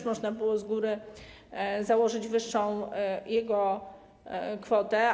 A można było też z góry założyć wyższą jego kwotę.